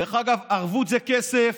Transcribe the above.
דרך אגב, ערבות זה כסף,